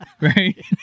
right